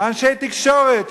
אנשי תקשורת,